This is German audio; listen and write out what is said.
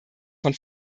von